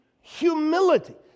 humility